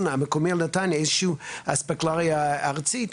המקומי על נתניה איזושהי אספקלריא ארצית.